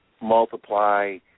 multiply